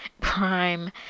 prime